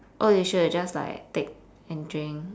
oh you should have just like take and drink